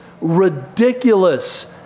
Ridiculous